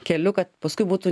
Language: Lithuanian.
keliu kad paskui būtų